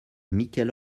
michel